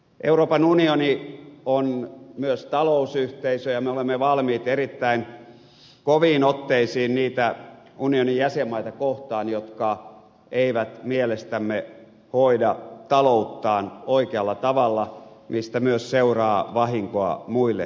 euroopan unioni on myös talousyhteisö ja me olemme valmiit erittäin koviin otteisiin niitä unionin jäsenmaita kohtaan jotka eivät mielestämme hoida talouttaan oikealla tavalla mistä myös seuraa vahinkoa muille jäsenmaille